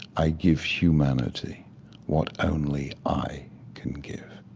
i give humanity what only i can give.